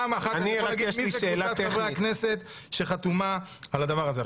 פעם אחת --- מי זו קבוצת חברי הכנסת שחתומה על הדבר הזה.